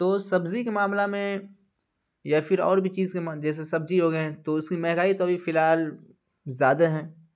تو سبزی کے معاملہ میں یا پھر اور بھی چیز کے جیسے سبزی ہو گئیں تو اس کی مہنگائی تو ابھی فی الحال زیادہ ہیں